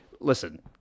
Listen